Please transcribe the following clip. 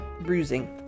bruising